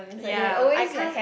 ya I can't